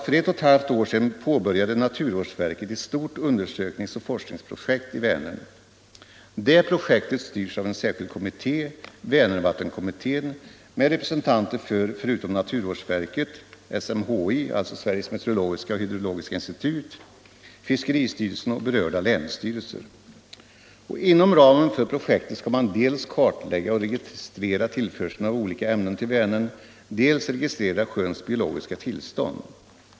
För ett och ett halvt år sedan påbörjade naturvårdsverket ett stort undersökningsoch forskningsprojekt i Vänern. Detta projekt styrs av en särskild kommitté, Vänervattenkommittén, med representanter för — förutom naturvårdsverket — SMHI, alltså Sveriges meteorologiska och hydrologiska institut, fiskeristyrelsen och berörda länsstyrelser. Inom ramen för projektet skall man dels kartlägga och registrera tillförseln av olika ämnen till Vänern, dels registrera sjöns biologiska tillstånd.